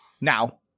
Now